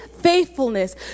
faithfulness